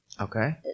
Okay